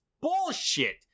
bullshit